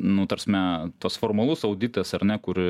nu ta prasme tas formalus auditas ar ne kur